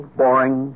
boring